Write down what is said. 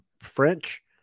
French